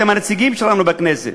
אתם הנציגים שלנו בכנסת.